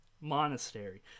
monastery